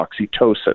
oxytocin